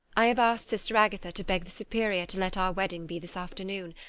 i have asked sister agatha to beg the superior to let our wedding be this afternoon,